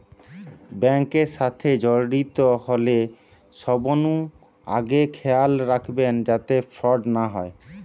bank এর সাথে জড়িত হলে সবনু আগে খেয়াল রাখবে যাতে ফ্রড না হয়